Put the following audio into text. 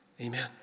amen